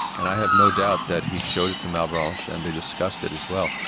and i have no doubt that he showed it to malebranche and they discussed it as well.